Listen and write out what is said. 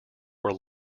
were